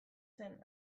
zen